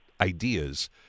ideas